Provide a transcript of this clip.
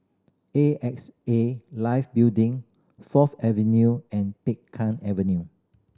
A X A Life Building Fourth Avenue and Peng Kang Avenue